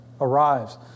arrives